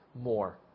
more